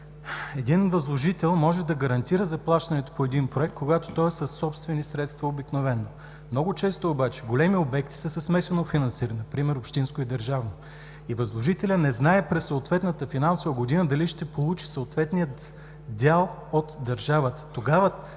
Един възложител може да гарантира заплащането по един проект, когато обикновено то е със собствени средства. Много често обаче големи обекти са със смесено финансиране – примерно общинско и държавно, и възложителят не знае през съответната финансова година дали ще получи съответния дял от държавата.